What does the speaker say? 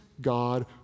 God